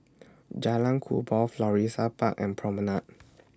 Jalan Kubor Florissa Park and Promenade